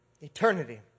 Eternity